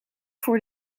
voor